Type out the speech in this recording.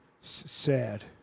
sad